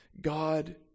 God